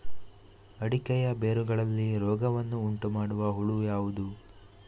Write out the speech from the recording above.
ಅಡಿಕೆಯ ಬೇರುಗಳಲ್ಲಿ ರೋಗವನ್ನು ಉಂಟುಮಾಡುವ ಹುಳು ಯಾವುದು?